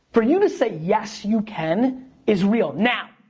for you to say yes you can is real. now,